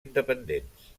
independents